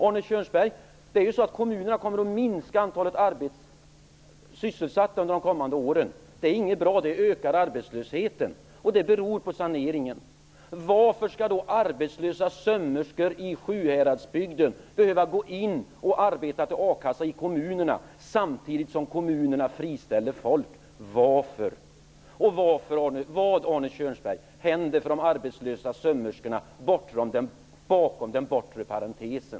Arne Kjörnsberg, kommunerna kommer ju att minska antalet sysselsatta under de kommande åren. Det är inte bra, det ökar arbetslösheten. Det beror på saneringen. Varför skall då arbetslösa sömmerskor i Sjuhäradsbygden behöva gå in och arbeta för a-kassa i kommunerna samtidigt som kommunerna friställer folk? Varför? Arne Kjörnsberg, vad händer med de arbetslösa sömmerskorna bakom den bortre parentesen?